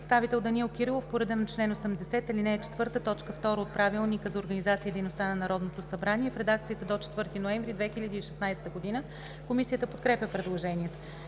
представител Данаил Кирилов по реда на чл. 80, ал. 4, т. 2 от Правилника за организацията и дейността на Народното събрание в редакцията до 4 ноември 2016 г. Комисията подкрепя предложението.